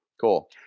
Cool